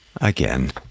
again